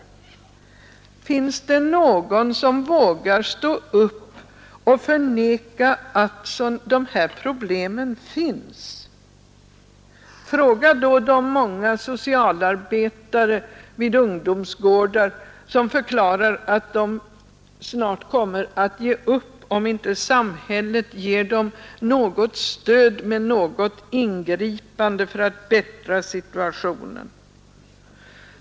Finns det någon som vågar stå upp och förneka att de här problemen finns? Fråga då de många socialarbetare vid ungdomsgårdar som förklarar att de snart kommer att ge upp, om inte samhället ger dem stöd genom något ingripande för att förbättra situationen.